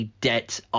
debt